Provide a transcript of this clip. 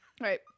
Right